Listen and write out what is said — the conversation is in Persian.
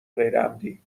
غیرعمدی